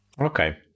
Okay